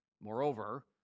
Moreover